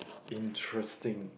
interesting